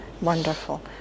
Wonderful